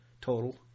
total